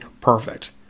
perfect